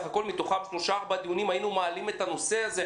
הכול בשלושה-בארבעה דיונים היינו מעלים את הנושא הזה ושואלים,